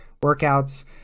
workouts